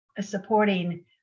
supporting